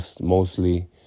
mostly